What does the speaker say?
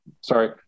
sorry